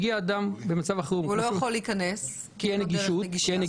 הגיע אדם והוא לא יכול להיכנס כי אין נגישות,